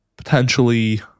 potentially